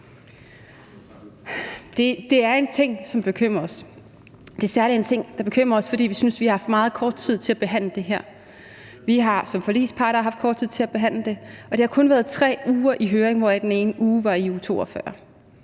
Det er en ting, som bekymrer os. Det er særlig en ting, som bekymrer os, fordi vi synes, at vi har haft meget kort tid til at behandle det her. Vi har som forligspart haft kort tid til at behandle det, og det har kun været 3 uger i høring, hvoraf den ene uge var i uge